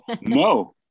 No